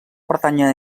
pertànyer